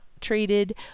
treated